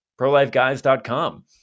prolifeguys.com